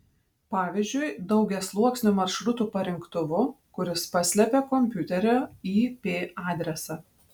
pavyzdžiui daugiasluoksniu maršrutų parinktuvu kuris paslepia kompiuterio ip adresą